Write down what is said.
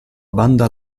banda